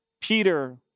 Peter